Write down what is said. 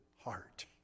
heart